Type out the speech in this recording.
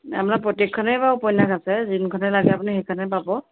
আমাৰ প্ৰত্যেকখনেই বাৰু উপন্যাস আছে যোনখনে লাগে আপুনি সেইখনেই পাব